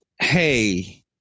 hey